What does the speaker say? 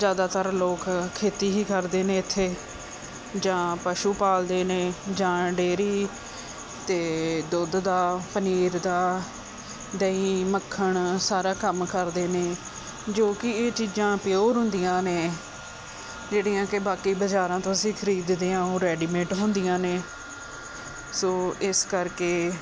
ਜ਼ਿਆਦਾਤਰ ਲੋਕ ਖੇਤੀ ਹੀ ਕਰਦੇ ਨੇ ਇੱਥੇ ਜਾਂ ਪਸ਼ੂ ਪਾਲਦੇ ਨੇ ਜਾਂ ਡੇਰੀ ਅਤੇ ਦੁੱਧ ਦਾ ਪਨੀਰ ਦਾ ਦਹੀਂ ਮੱਖਣ ਸਾਰਾ ਕੰਮ ਕਰਦੇ ਨੇ ਜੋ ਕੀ ਇਹ ਚੀਜਾਂ ਪਿਓਰ ਹੁੰਦੀਆਂ ਨੇ ਜਿਹੜੀਆਂ ਕਿ ਬਾਕੀ ਬਾਜ਼ਾਰਾਂ ਤੋਂ ਅਸੀਂ ਖਰੀਦਦੇ ਹਾਂ ਉਹ ਰੈਡੀਮੇਡ ਹੁੰਦੀਆਂ ਨੇ ਸੋ ਇਸ ਕਰਕੇ